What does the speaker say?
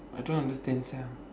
I don't understand sia